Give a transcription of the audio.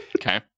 Okay